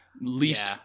least